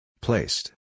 Placed